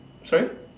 sorry